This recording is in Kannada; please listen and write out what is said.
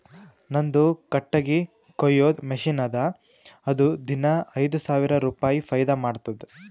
ನಂದು ಕಟ್ಟಗಿ ಕೊಯ್ಯದ್ ಮಷಿನ್ ಅದಾ ಅದು ದಿನಾ ಐಯ್ದ ಸಾವಿರ ರುಪಾಯಿ ಫೈದಾ ಮಾಡ್ತುದ್